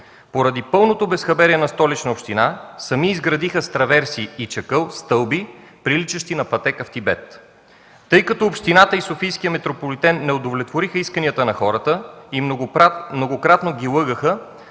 Поради пълното безхаберие на Столична община сами изградиха с траверси и чакъл стълби, приличащи на пътека в Тибет. Тъй като общината и Софийският метрополитен не удовлетвориха исканията на хората и многократно ги лъгаха,